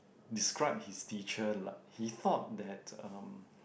describe his teacher like he thought that um